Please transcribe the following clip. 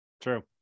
True